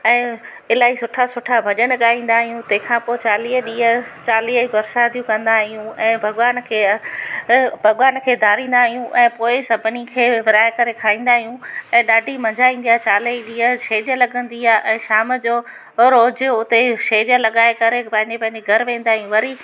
ऐं इलाही सुठा सुठा भॼन गाईंदा आहियूं तंहिंखां पोइ चालीह ॾींहं चालीही प्रसादियूं कंदा आहियूं ऐं भॻवान खे भॻवान खे दारिंदा आहियूं ऐं पोएं सभिनी खे विरहाए करे खाईंदा आहियूं ऐं ॾाढी मजा ईंदी आहे चालीह ॾींहं छेॼ लॻंदी आहे ऐं शाम जो रोज हुते छेॼ लगाए करे पंहिंजे पंहिंजे घर वेंदा आहियूं वरी